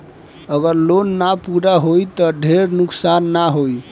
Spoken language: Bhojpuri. अगर लोन ना पूरा होई त ढेर नुकसान ना होई